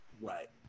right